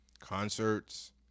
concerts